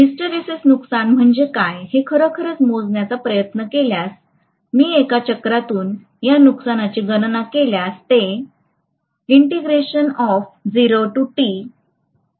hysteresis नुकसान म्हणजे काय हे खरोखर मोजण्याचा प्रयत्न केल्यास मी एका चक्रातून या नुकसानाची गणना केल्यास ते समान असले पाहिजे